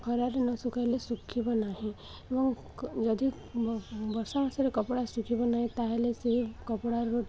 ଖରାରେ ନ ଶୁଖାଇଲେ ଶୁଖିବ ନାହିଁ ଏବଂ ଯଦି ବର୍ଷା ମାସରେ କପଡ଼ା ଶୁଖିବ ନାହିଁ ତାହେଲେ ସେ କପଡ଼ାରୁ ଗୋଟେ